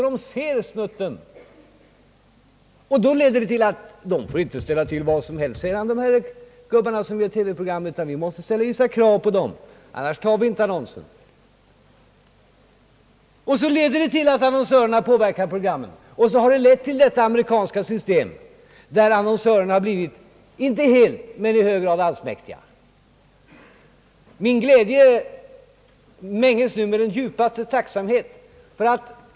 Detta leder till att annonsörerna måste ställa vissa krav på de personer som gör programmet, annars vill man inte sätta in annonsen. Detta kan resultera i att annonsörerna påverkar programmen. Så har det blivit i det ameri kanska systemet, där annonsörerna blivit inte helt men i hög grad allsmäktiga. Min glädje mänges nu med den djupaste tacksamhet.